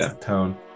tone